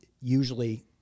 usually